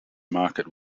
market